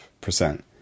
percent